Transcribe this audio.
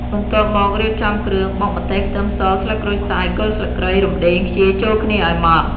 បន្ទាប់មក រៀបចំគ្រឿង បុកម្ទេស ខ្ទឹមស ស្លឹកក្រូចសើច គល់ស្លឹកគ្រៃ រំដេង ខ្ជាយ ចូលគ្នាឱ្យម៉ដ្ឋ។